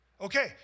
Okay